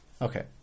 Okay